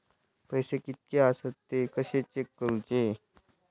पैसे कीतके आसत ते कशे चेक करूचे?